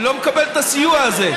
אני לא מקבל את הסיוע הזה.